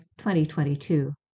2022